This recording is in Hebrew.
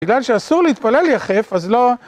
בגלל שאסור להתפלל יחף, אז לא...